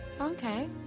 Okay